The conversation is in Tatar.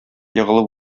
егылып